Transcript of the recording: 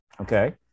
okay